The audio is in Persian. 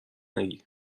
نگیر